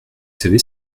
savez